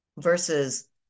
versus